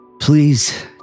Please